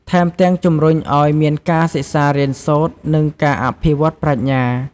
ថែមទាំងជំរុញឱ្យមានការសិក្សារៀនសូត្រ និងការអភិវឌ្ឍប្រាជ្ញា។